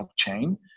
blockchain